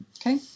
okay